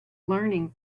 learning